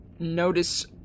Notice